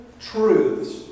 truths